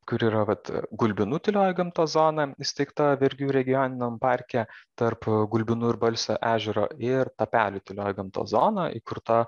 kur yra vat gulbinų tylioji gamtos zona įsteigta verkių regioniniam parke tarp gulbinų ir balsio ežero ir tapelių tylioji gamtos zona įkurta